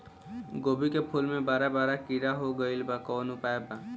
गोभी के फूल मे बड़ा बड़ा कीड़ा हो गइलबा कवन उपाय बा?